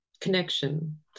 connection